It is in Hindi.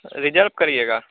रिजर्ब करिएगा